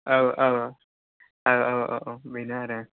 औ औ औ औ बेनो आरो